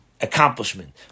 accomplishment